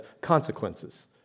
consequences